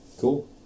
Cool